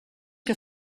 que